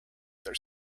their